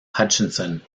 hutchinson